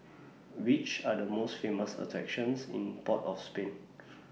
Which Are The most Famous attractions in Port of Spain